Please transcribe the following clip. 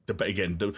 again